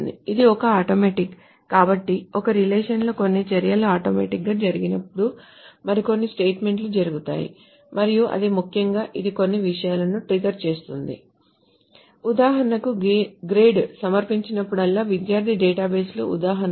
ఇది ఒక ఆటోమేటిక్ కాబట్టి ఒక రిలేషన్ లో కొన్ని చర్యలు ఆటోమేటిక్ గా జరిగినప్పుడు మరికొన్ని స్టేట్మెంట్లు జరుగుతాయి మరియు అది ముఖ్యంగా ఇది కొన్ని విషయాలను ట్రిగ్గర్ చేస్తుంది ఉదాహరణకు గ్రేడ్ సమర్పించినప్పుడల్లా విద్యార్థి డేటాబేస్ల ఉదాహరణలో